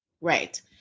Right